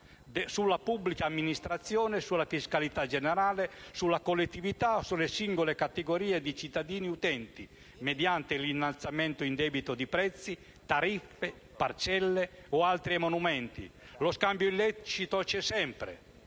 sulla pubblica amministrazione, sulla fiscalità generale, sulla collettività o sulle singole categorie di cittadini utenti, mediante l'innalzamento indebito di prezzi, tariffe, parcelle o altri emolumenti, lo scambio illecito c'è sempre.